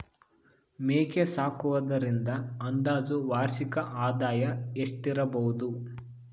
ಮೇಕೆ ಸಾಕುವುದರಿಂದ ಅಂದಾಜು ವಾರ್ಷಿಕ ಆದಾಯ ಎಷ್ಟಿರಬಹುದು?